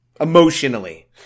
emotionally